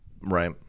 Right